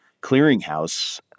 clearinghouse